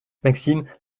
maxime